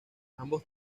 ambos